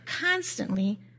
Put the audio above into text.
constantly